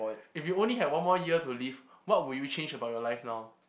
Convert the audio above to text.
if you only have one more year to live what would you change about your life now